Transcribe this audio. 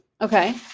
Okay